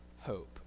hope